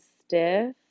stiff